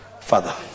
father